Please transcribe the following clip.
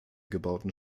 gebauten